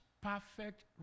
perfect